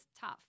tough